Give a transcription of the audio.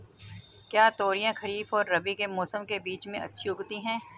क्या तोरियां खरीफ और रबी के मौसम के बीच में अच्छी उगती हैं?